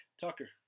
Tucker